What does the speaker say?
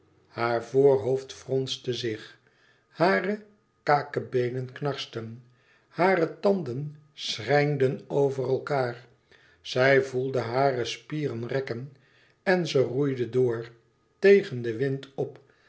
haar voorhoofd fronste zich hare kakebeenen knarsten hare tanden schrijnden over elkaâr zij voelde hare spieren rekken en ze roeide door tegen den wind op